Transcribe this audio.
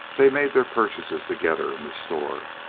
they made their purchases together in the store.